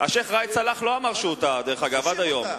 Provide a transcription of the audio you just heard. שבו נאמרו הדברים.